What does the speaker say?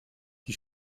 die